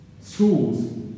schools